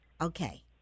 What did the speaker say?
Okay